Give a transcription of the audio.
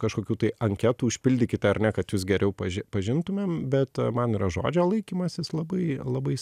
kažkokių tai anketų užpildykite ar ne kad jus geriau pažin pažintumėm bet man yra žodžio laikymasis labai labai